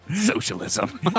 Socialism